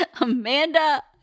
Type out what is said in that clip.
Amanda